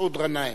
מסעוד גנאים.